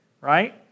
right